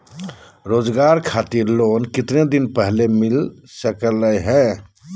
रोजगार खातिर लोन कितने दिन पहले मिलता सके ला?